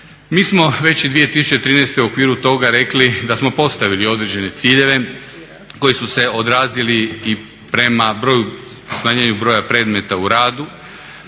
Mi smo već i 2013. u okviru toga rekli da smo postavili određene ciljeve koji su se odrazili i prema smanjenju broja predmeta u radu,